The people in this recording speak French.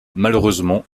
malheureusement